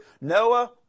Noah